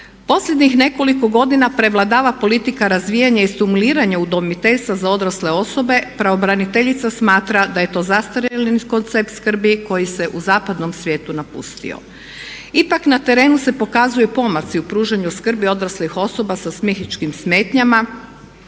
Posljednjih nekoliko godina prevladava politika razvijanja i stimuliranja udomiteljstva za odrasle osobe. Pravobraniteljica smatra da je to zastarjeli koncept skrbi koji se u zapadnom svijetu napustio. Ipak na terenu se pokazuju pomaci u pružanju skrbi odraslih osoba sa psihičkim smetnjama.